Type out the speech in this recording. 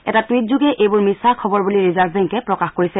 এটা টুইট যোগে এইবোৰ মিছা খবৰ বুলি ৰিজাৰ্ভ বেংকে প্ৰকাশ কৰিছে